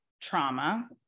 trauma